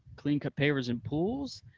clean cut pavers and pools,